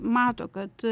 mato kad